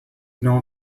known